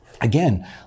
Again